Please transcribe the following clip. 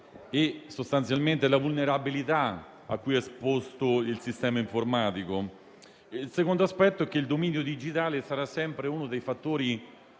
e sostanzialmente la vulnerabilità a cui è esposto il sistema informatico; il secondo riguarda il fatto che il dominio digitale sarà sempre uno dei fattori